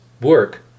work